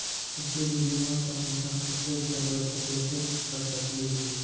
किसी भी बीमा का भुगतान कैसे घर बैठे कैसे कर स्कली ही?